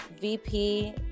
VP